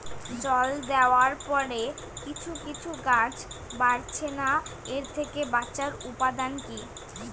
জল দেওয়ার পরে কিছু কিছু গাছ বাড়ছে না এর থেকে বাঁচার উপাদান কী?